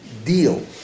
Deal